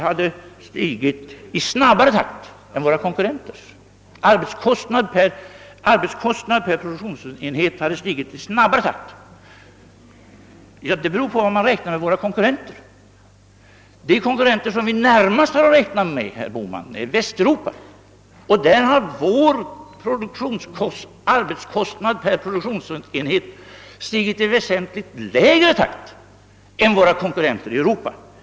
Herr Bohman skildrade hur vår produktivitetsutveckling, mätt i arbetskostnad per produktionsenhet, har stigit i snabbare takt än våra konkurrenters. De konkurrenter som vi närmast har att räkna med, herr Bohman, är Västeuropa. Vår arbetskostnad per produktionsenhet har stigit i väsentligt långsammare takt än våra konkurrenters i Europa.